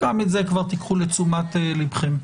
קחו זאת לתשומת לבכם.